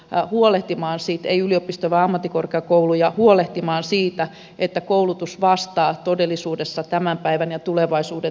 hän huolehtimaan siitä ei yliopisto va ammattikorkeakouluja huolehtimaan siitä että koulutus vastaa todellisuudessa tämän päivän ja tulevaisuuden työelämää